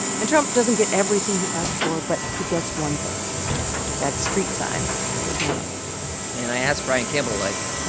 and trump doesn't get everything he asked for. but he gets one thing that street sign with his name on it and i asked brian campbell, like,